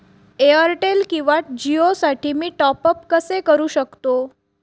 Airtel किंवा जिओसाठी मी टॉप ॲप कसे करु शकतो?